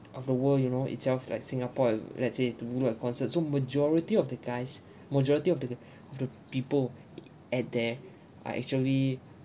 of the world you know itself like singapore if let's say to do like concert so majority of the guys majority of the of the people at there are actually